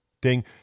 ding